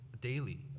daily